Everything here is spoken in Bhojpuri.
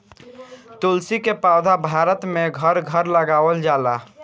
तुलसी के पौधा भारत में घर घर लगावल जाला